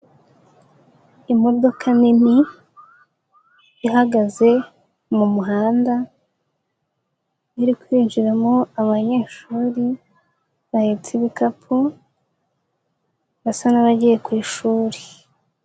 Imodoka nini ihagaze mu muhanda iri kwinjiramo abanyeshuri bahetse ibikapu basa n'abagiye ku ishuri.